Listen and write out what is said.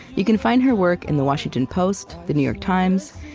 you can find her work in the washington post, the new york times,